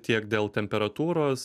tiek dėl temperatūros